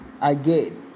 again